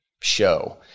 show